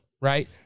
right